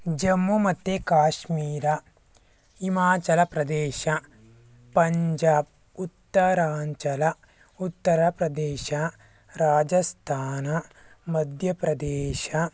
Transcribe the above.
ಜಮ್ಮು ಮತ್ತು ಕಾಶ್ಮೀರ ಹಿಮಾಚಲ್ ಪ್ರದೇಶ್ ಪಂಜಾಬ್ ಉತ್ತರಾಂಚಲ್ ಉತ್ತರ್ ಪ್ರದೇಶ್ ರಾಜಸ್ಥಾನ್ ಮಧ್ಯ ಪ್ರದೇಶ್